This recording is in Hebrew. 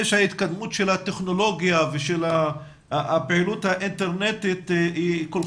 ההתקדמות של הטכנולוגיה ושל הפעילות האינטרנטית היא כל